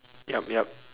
yup yup